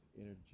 energy